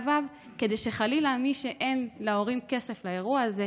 ו' כדי שחלילה מי שאין להורים שלה כסף לאירוע הזה,